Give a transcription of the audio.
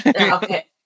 Okay